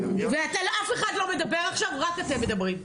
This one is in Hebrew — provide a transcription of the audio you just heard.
אף אחד לא מדבר עכשיו, רק אתם מדברים.